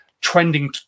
trending